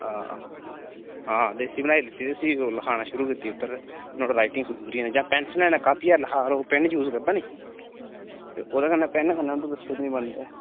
आं आं ते देसी बनाई लैती तां उसी लखाना शुरू कीती ओह्दे पर नुहाड़ा राइटिंग सुधरी जाना जां पैंसलें कन्नै कापियै पर लखा करो पेन यूज़ करदा निं ते ओह्दे कन्नै पेन कन्नै दस्खत निं बनदे